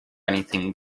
anything